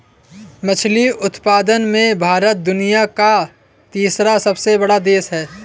मछली उत्पादन में भारत दुनिया का तीसरा सबसे बड़ा देश है